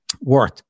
worth